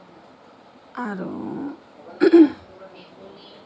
আৰু